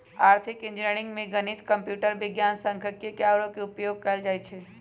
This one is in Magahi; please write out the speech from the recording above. आर्थिक इंजीनियरिंग में गणित, कंप्यूटर विज्ञान, सांख्यिकी आउरो के उपयोग कएल जाइ छै